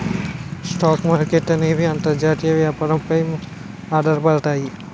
stock మార్కెట్ల అనేవి అంతర్జాతీయ వ్యాపారం పై ఆధారపడతాయి